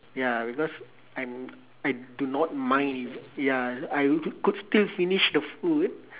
ya because I'm I do not mind eve~ ya I w~ could still finish the food